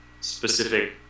specific